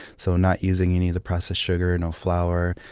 so not using any of the processed sugar, no flour,